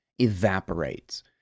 evaporates